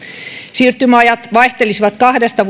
siirtymäajat vaihtelisivat kahdesta